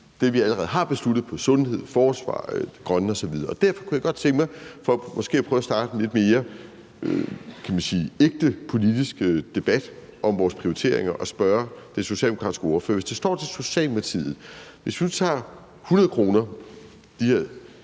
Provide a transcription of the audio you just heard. som vi kan bruge på sundhed, forsvar, det grønne osv. Derfor kunne jeg godt tænke mig – for måske at prøve at starte en lidt mere ægte politisk debat om vores prioriteringer – at spørge den socialdemokratiske ordfører: Hvis vi nu tager 100 kr. ud af de her